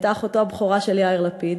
היא הייתה אחותו הבכורה של יאיר לפיד.